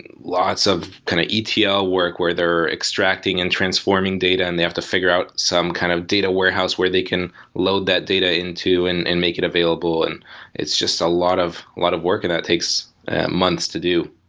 lots of kind of etl yeah ah work where they're extracting and transforming data and they have to figure out some kind of data warehouse where they can load that data into and and make it available. it's it's just a lot of lot of work and that takes months to do.